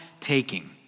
taking